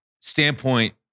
standpoint